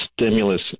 stimulus